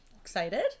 Excited